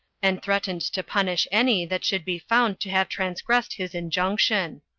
and threatened to punish any that should be found to have transgressed his injunction.